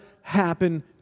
happen